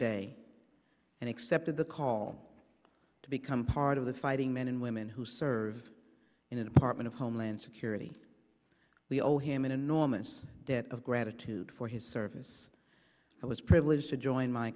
day and accepted the call to become part of the fighting men and women who serve in the department of homeland security we owe him an enormous debt of gratitude for his service i was privileged to join my